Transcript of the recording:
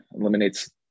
eliminates